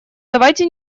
давайте